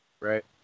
Right